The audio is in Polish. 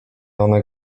one